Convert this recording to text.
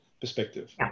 perspective